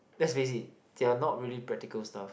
lets face it they are not really practical stuff